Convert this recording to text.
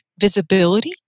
visibility